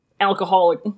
alcoholic